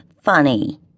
funny